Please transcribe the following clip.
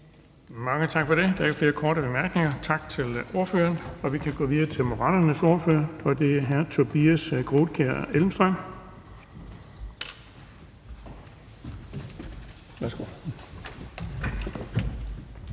Mange tak for det. Der er ikke flere korte bemærkninger. Tak til ordføreren. Vi kan gå videre til Enhedslistens ordfører, og det er fru Rosa Lund. Kl. 15:48